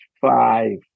five